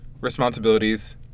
Responsibilities